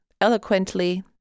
eloquently